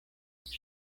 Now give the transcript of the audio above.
kia